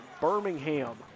Birmingham